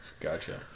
Gotcha